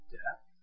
death